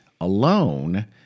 alone